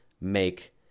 make